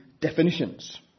definitions